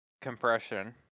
compression